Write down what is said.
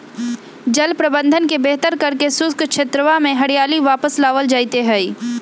जल प्रबंधन के बेहतर करके शुष्क क्षेत्रवा में हरियाली वापस लावल जयते हई